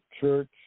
Church